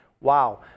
wow